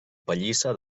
pallissa